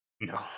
No